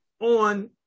on